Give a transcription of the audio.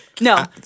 No